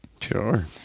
sure